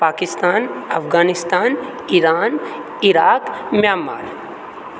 Pakistan Afghanistan Iran Iraq Myanmar